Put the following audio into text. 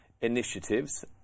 initiatives